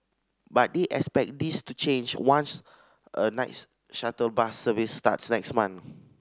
but they expect this to change once a nights shuttle bus service starts next month